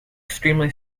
extremely